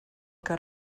que